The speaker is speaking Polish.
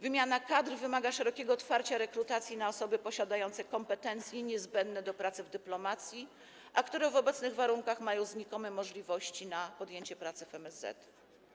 Wymiana kadr wymaga szerokiego otwarcia rekrutacji na osoby posiadające kompetencje niezbędne do pracy w dyplomacji, które w obecnych warunkach mają znikome możliwości podjęcia pracy w MSZ.